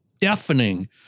deafening